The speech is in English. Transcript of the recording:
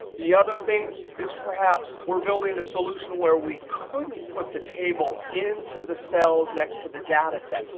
the other thing is perhaps we're building a solution where we couldn't put the table into the cells next to the data set.